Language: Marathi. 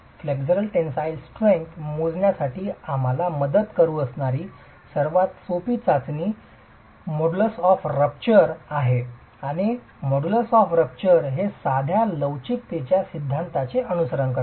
फ्लेक्सरल टेनसाईल स्ट्रेंग्थ मोजण्यासाठी आम्हाला मदत करू शकणारी सर्वात सोपी चाचणी फोडण्याच्या मोडुलस ऑफ रपचर आहे आणि फोडण्याच्या मोडुलस ऑफ रपचर हे साध्या लवचिक सिद्धांताचे अनुसरण करते